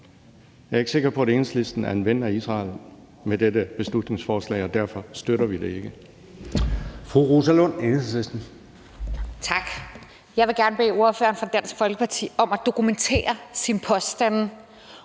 Jeg er ikke sikker på, at Enhedslisten er en ven af Israel med dette beslutningsforslag, og derfor støtter vi det ikke.